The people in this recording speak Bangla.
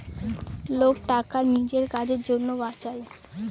লোক টাকা নিজের কাজের জন্য বাঁচায়